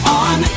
on